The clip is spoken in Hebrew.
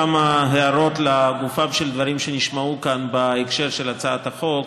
כמה הערות לגופם של הדברים שנשמעו כאן בהקשר של הצעת החוק.